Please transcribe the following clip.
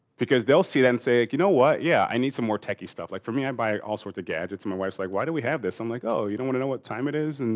because they'll see that and say like you know, what? yeah. i need some more techie stuff. like for me i buy all sorts of gadgets. my wife's like, why do we have this? i'm like, oh, you don't wanna know what time it is in,